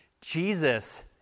Jesus